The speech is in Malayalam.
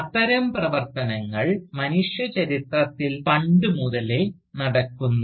അത്തരം പ്രവർത്തനങ്ങൾ മനുഷ്യചരിത്രത്തിൽ പണ്ടുമുതലേ നടക്കുന്നു